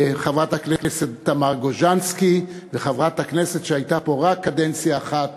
חברת הכנסת תמר גוז'נסקי וחברת הכנסת שהייתה פה רק קדנציה אחת,